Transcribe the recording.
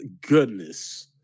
Goodness